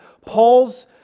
Paul's